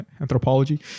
anthropology